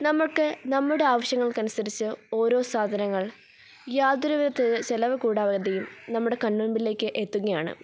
നമ്മൾക്ക് നമ്മുടെ ആവശ്യങ്ങൾക്കനുസരിച്ച് ഓരോ സാധനങ്ങൾ യാതൊരുവിധത്തില് ചെലവ് കൂടാതെയും നമ്മുടെ കൺമുമ്പിലേക്ക് എത്തുകയാണ്